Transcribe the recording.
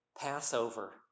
Passover